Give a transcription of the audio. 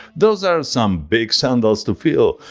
those are some big sandals to fill.